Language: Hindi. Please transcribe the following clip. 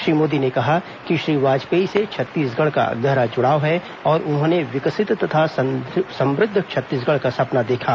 श्री मोदी ने कहा कि श्री वाजपेयी से छत्तीसगढ़ का गहरा जुड़ाव है और उन्होंने विकसित तथा समृद्ध छत्तीसगढ़ का सपना देखा